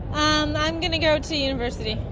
um i'm going to go to university.